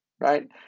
right